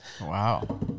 Wow